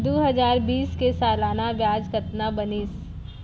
दू हजार बीस के सालाना ब्याज कतना बनिस?